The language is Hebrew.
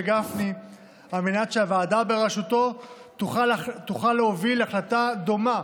גפני על מנת שהוועדה בראשותו תוכל להוביל החלטה דומה